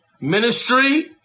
Ministry